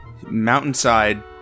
Mountainside